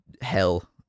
Hell